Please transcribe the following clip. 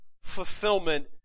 fulfillment